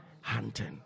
Hunting